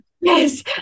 yes